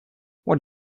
what